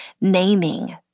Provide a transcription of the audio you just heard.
naming